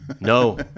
No